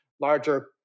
larger